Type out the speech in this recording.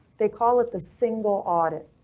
they call it the single audit.